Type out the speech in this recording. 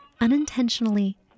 unintentionally